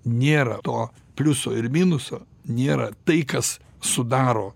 nėra to pliuso ir minuso nėra tai kas sudaro